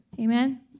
Amen